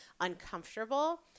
uncomfortable